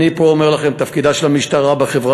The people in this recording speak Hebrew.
אני פה אומר לכם: תפקידה של המשטרה בחברה